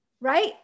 right